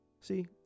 see